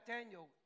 Daniel